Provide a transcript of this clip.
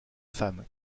femme